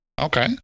Okay